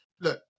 look